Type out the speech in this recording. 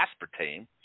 aspartame